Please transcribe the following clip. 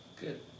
Good